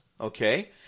okay